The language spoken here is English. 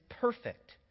perfect